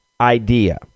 idea